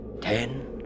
ten